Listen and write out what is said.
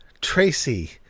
Tracy